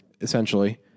essentially